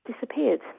disappeared